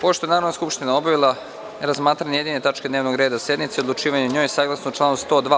Pošto je Narodna skupština obavila razmatranje jedine tačke dnevnog reda sednice i odlučivanje o njoj, saglasno članu 102.